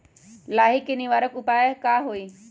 लाही के निवारक उपाय का होई?